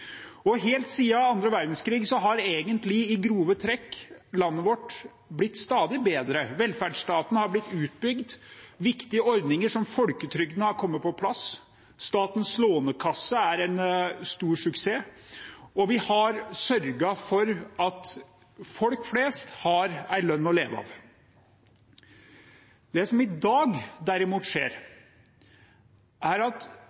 samfunn. Helt siden annen verdenskrig har – i grove trekk – landet vårt blitt stadig bedre. Velferdsstaten har blitt utbygd, viktige ordninger som folketrygden har kommet på plass, Statens lånekasse er en stor suksess, og vi har sørget for at folk flest har en lønn å leve av. Det som skjer i dag derimot, er at